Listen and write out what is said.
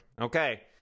okay